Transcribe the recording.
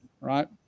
right